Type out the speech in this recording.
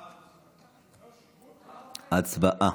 הצבעה.